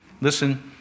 listen